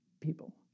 people